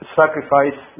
sacrifice